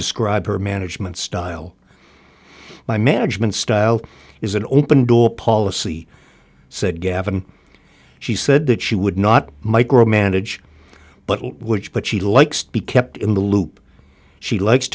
describe her management style my management style is an open door policy said gavin she said that she would not micromanage but which but she likes to be kept in the loop she likes